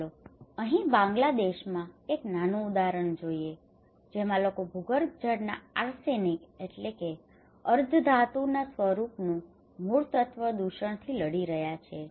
ચાલો અહીં બાંગ્લાદેશમાં એક નાનું ઉદાહરણ જોઈએ જેમાં લોકો ભૂગર્ભજળના આર્સેનિક arsenic અર્ધધાતુના સ્વરૂપનું મૂળતત્વ દૂષણથી લડી રહ્યા છે